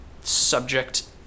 subject